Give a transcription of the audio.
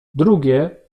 drugie